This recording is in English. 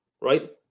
right